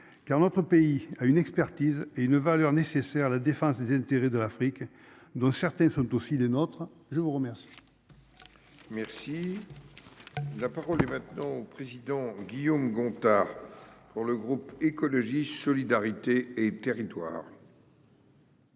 car notre pays a une expertise et une valeur nécessaire à la défense des intérêts de l'Afrique, dont certains sont aussi des. Autre je vous remercie. Merci. La parole est maintenant au président Guillaume Gontard. Pour le groupe écologiste solidarité et territoires.